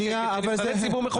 שנבחרי הציבור מחוקקים.